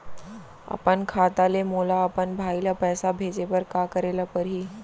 अपन खाता ले मोला अपन भाई ल पइसा भेजे बर का करे ल परही?